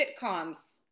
sitcoms